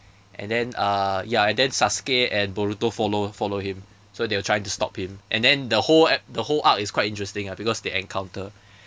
and then uh ya and then sasuke and boruto follow follow him so they were trying to stop him and then the whole ep~ the whole arc is quite interesting ah because they encounter